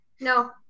No